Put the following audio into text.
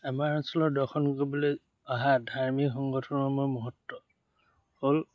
আমাৰ অঞ্চলৰ দৰ্শন কৰিবলৈ অহা ধাৰ্মিক সংগঠনৰসমূহৰ মহূৰ্ত হ'ল